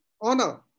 honor